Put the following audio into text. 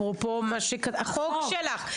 אפרופו החוק שלך.